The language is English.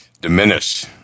diminish